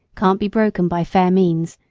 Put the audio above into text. can't be broken by fair means,